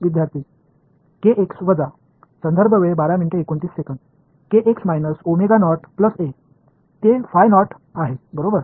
विद्यार्थीः केएक्स वजा ते फाय नॉट आहे बरोबर